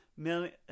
million